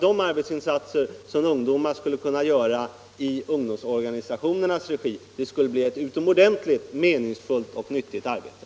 De arbetsinsatser som ungdomar skulle kunna göra i ungdomsorganisationernas regi skulle bli ett utomordenligt meningsfullt och nyttigt arbete.